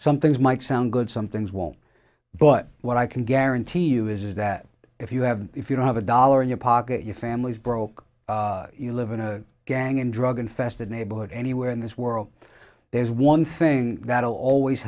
some things might sound good some things won't but what i can guarantee you is that if you have if you don't have a dollar in your pocket your family's broke you live in a gang and drug infested neighborhood anywhere in this world there's one thing that'll always